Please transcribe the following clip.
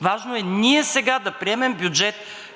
Важно е ние сега да приемем бюджет,